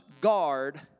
guard